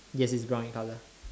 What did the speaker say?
yes it's brown in colour